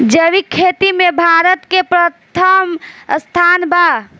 जैविक खेती में भारत के प्रथम स्थान बा